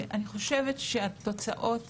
ואני חושבת שהתוצאות